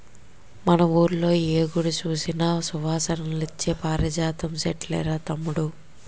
మన వూళ్ళో ఏ గుడి సూసినా సువాసనలిచ్చే పారిజాతం సెట్లేరా తమ్ముడూ